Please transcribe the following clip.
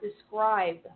describe